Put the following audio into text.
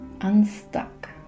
unstuck